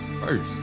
first